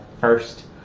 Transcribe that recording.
first